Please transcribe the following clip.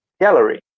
gallery